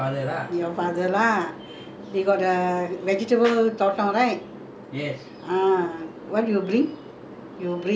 ah what you bring you bring all the vendikka tomato ah